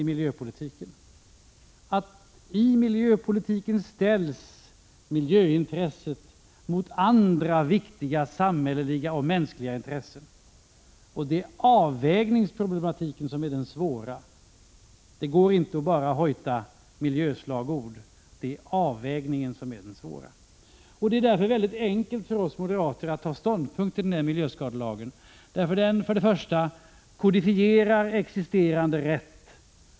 I miljöpolitiken ställs miljöintresset mot andra viktiga samhälleliga och mänskliga intressen. Det går inte att bara hojta miljöslagord. Det är avvägningsproblematiken som är det svåra. Det är därför enkelt för oss moderater att ta ståndpunkt till miljöskadelagen. För det första kodifierar den existerande rätt.